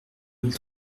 mille